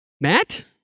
Matt